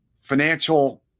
financial